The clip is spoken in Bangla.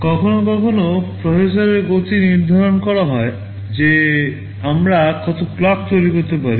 কখনও কখনও প্রসেসরের গতি নির্ধারণ করা হয় যে আমরা কত ক্লক তৈরি করতে পারি